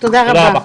תודה רבה.